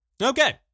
Okay